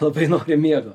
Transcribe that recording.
labai norim miego